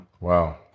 Wow